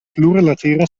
plurlatera